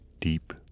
deep